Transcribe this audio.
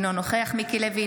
אינו נוכח מיקי לוי,